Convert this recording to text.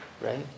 right